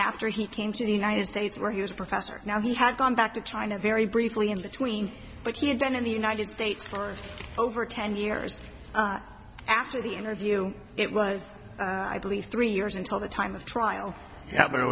after he came to the united states where he was a professor now he had gone back to china very briefly in between but he had been in the united states for over ten years after the interview it was i believe three years until the time of trial yeah but i